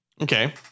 okay